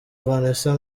vanessa